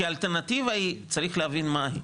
כי האלטרנטיבה שצריך להבין מה היא,